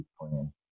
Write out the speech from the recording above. plan